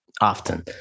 Often